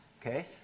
Okay